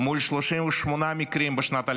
מול 38 מקרים בשנת 2022,